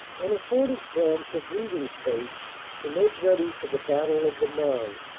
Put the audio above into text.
and afforded france a breathing space to make ready for the battle of the marne.